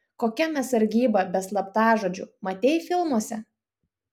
kokia mes sargyba be slaptažodžių matei filmuose